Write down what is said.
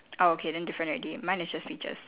oh okay then different already mine is just peaches